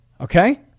okay